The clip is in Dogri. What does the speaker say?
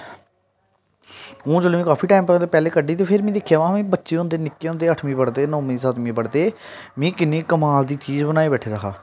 हून जेल्लै में काफी टैम पैह्लें कड्ढी ते फिर में दिक्खेआ हां बच्चे होंदे नि'क्के होंदे अठमीं पढ़दे नौमीं सतमीं पढ़दे मी कि'न्नी कमाल दी चीज बनाई बैठे दा हा